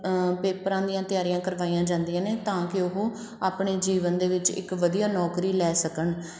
ਪੇਪਰਾਂ ਦੀਆਂ ਤਿਆਰੀਆਂ ਕਰਵਾਈਆਂ ਜਾਂਦੀਆਂ ਨੇ ਤਾਂ ਕਿ ਉਹ ਆਪਣੇ ਜੀਵਨ ਦੇ ਵਿੱਚ ਇੱਕ ਵਧੀਆ ਨੌਕਰੀ ਲੈ ਸਕਣ